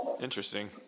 Interesting